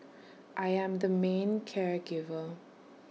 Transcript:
I am the main care giver